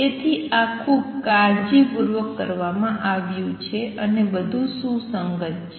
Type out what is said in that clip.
તેથી આ ખૂબ કાળજીપૂર્વક કરવામાં આવ્યું છે અને બધું સુસંગત છે